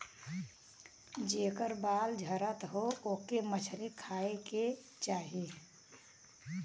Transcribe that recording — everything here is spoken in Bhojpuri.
जेकर बाल झरत हौ ओके मछरी खाए के चाही